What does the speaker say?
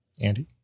Andy